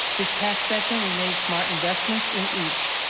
this past session, we made smart investments in each.